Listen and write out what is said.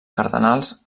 cardenals